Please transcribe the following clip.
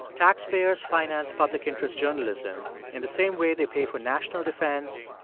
taxpayers finance public interest journalism in the same way they pay for national defense,